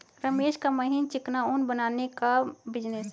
रमेश का महीन चिकना ऊन बनाने का बिजनेस है